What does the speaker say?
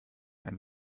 einen